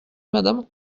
madame